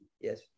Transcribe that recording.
Yes